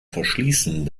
verschließen